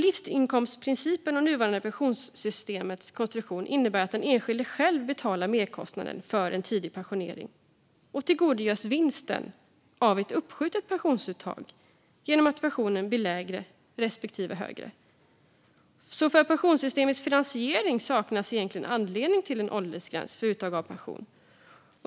Livsinkomstprincipen och det nuvarande pensionssystemets konstruktion innebär att den enskilde själv betalar merkostnaden för en tidig pensionering och tillgodogör sig vinsten av ett uppskjutet pensionsuttag genom att pensionen blir lägre respektive högre. För pensionssystemets finansiering saknas därmed egentligen anledning till en åldersgräns för uttag av pension.